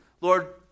Lord